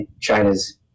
China's